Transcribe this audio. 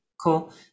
cool